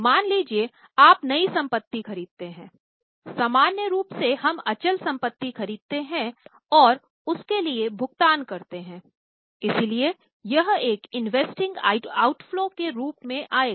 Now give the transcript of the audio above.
मान लीजिये आप नई संपत्ति खरीदते हैं सामान्य रूप से हम अचल संपत्ति खरीदते हैं और उसके लिए भुगतान करते हैं इसलिए यह एक इन्वेस्टिंगऑउटफ्लो के रूप में आएगा